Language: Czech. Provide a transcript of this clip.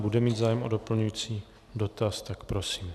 Bude mít zájem o doplňující dotaz, tak prosím.